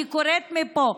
אני קוראת מפה.